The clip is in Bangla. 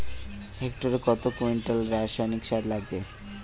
হেক্টরে কত কুইন্টাল রাসায়নিক সার লাগবে?